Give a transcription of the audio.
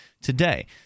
today